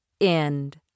End